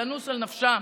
לנוס על נפשה,